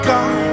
God